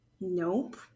Nope